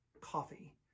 coffee